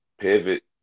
Pivot